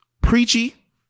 preachy